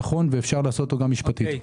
נכון ואפשר לעשות אותו גם מבחינה משפטית.